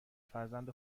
فرزند